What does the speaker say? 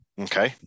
okay